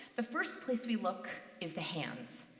the first place we look is the hands.